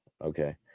Okay